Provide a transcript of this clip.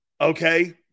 Okay